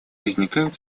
возникают